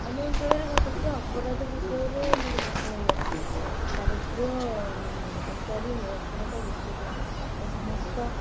ଆମ ଅଞ୍ଚଳରେ ଘଟୁଥିବା ଅପରାଧ ବିଷୟରେ ମୋର ମତ ଏଇଆ କି ଦାରିଦ୍ର୍ୟ ବେକାରୀ ନିରକ୍ଷରତା ବିକୃତ ମାନସିକତା ଏ ସମସ୍ତ